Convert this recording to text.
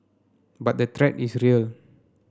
but the threat is real